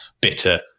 bitter